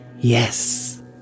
yes